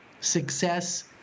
success